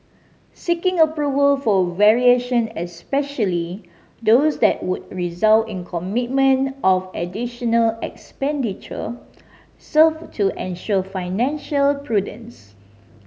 seeking approval for variation especially those that would result in commitment of additional expenditure serve to ensure financial prudence